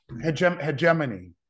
hegemony